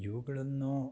ಇವುಗಳನ್ನು